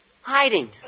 Hiding